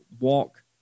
walk